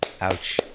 Ouch